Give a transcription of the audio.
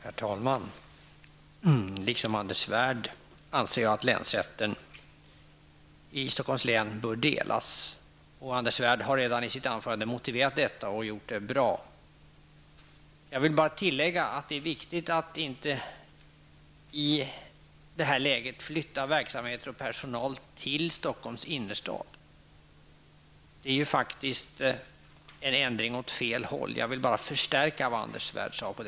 Herr talman! I likhet med Anders Svärd anser jag att länsrätten i Stockholms län bör delas. Anders Svärd har redan i sitt anförande motiverat detta på ett bra sätt. Jag vill tillägga att det är viktigt att inte i detta läge flytta verksamheter och personal till Stockholms innerstad. Det vore en ändring åt fel håll. På den punkten vill jag således förstärka Anders Svärds uttalande.